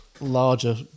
larger